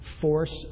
force